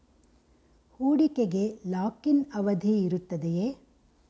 ಹೂಡಿಕೆಗೆ lock in ಅವಧಿ ಇರುತ್ತದೆಯೇ?